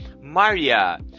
Maria